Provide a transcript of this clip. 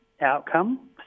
outcome